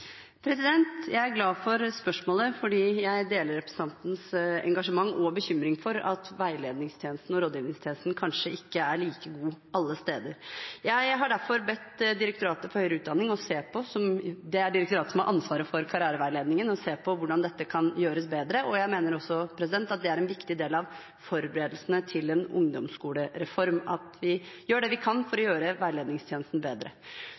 Jeg er glad for spørsmålet, for jeg deler representantens engasjement og bekymring for at veiledningstjenesten og rådgivningstjenesten kanskje ikke er like god alle steder. Jeg har derfor bedt Direktoratet for høyere utdanning og kompetanse, som er direktoratet som har ansvaret for karriereveiledningen, om å se på hvordan dette kan gjøres bedre. Jeg mener også at det er en viktig del av forberedelsene til en ungdomsskolereform at vi gjør det vi kan for å gjøre veiledningstjenesten bedre.